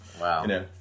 Wow